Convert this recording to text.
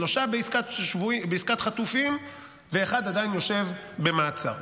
שלושה בעסקת חטופים ואחד עדיין יושב במעצר.